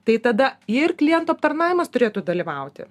tai tada ir klientų aptarnavimas turėtų dalyvauti